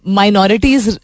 minorities